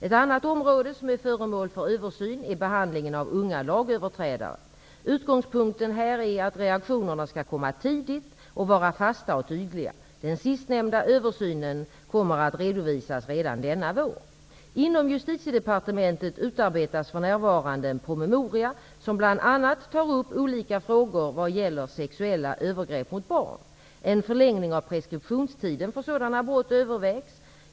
Ett annat område som är föremål för översyn är behandlingen av unga lagöverträdare. Utgångspunkten här är att reaktionerna skall komma tidigt och vara fasta och tydliga. Den sistnämnda översynen kommer att redovisas redan denna vår. Inom Justitiedepartementet utarbetas för närvarande en promemoria som bl.a. tar upp olika frågor vad gäller sexuella övergrepp mot barn. En förlängning av preskriptionstiden för sådana brott övervägs.